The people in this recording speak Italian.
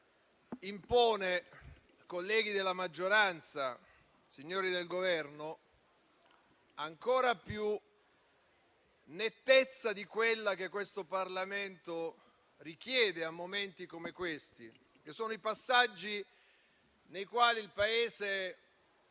impone, colleghi della maggioranza, signori del Governo, ancora più nettezza di quella che questo Parlamento richiede in momenti cruciali: sono passaggi in cui il Paese